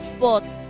Sports